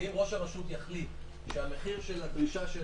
ואם ראש הרשות יחליט שהמחיר של הדרישה של